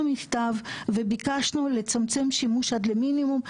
מכתב וביקשנו לצמצם שימוש עד למינימום.